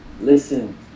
Listen